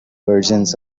versions